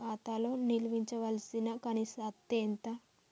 ఖాతా లో నిల్వుంచవలసిన కనీస అత్తే ఎంత?